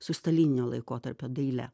su stalininio laikotarpio daile